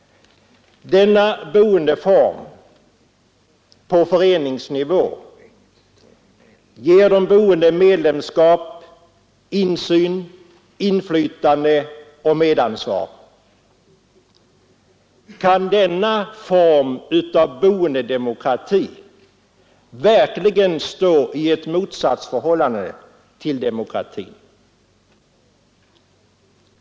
Denna boendeform på föreningsnivå ger de boende medlemskap, insyn, inflytande och medansvar. Kan denna form av boendedemokrati verkligen stå i ett motsatsförhållande till demokratin?